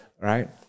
Right